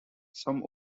some